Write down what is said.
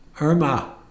irma